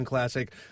classic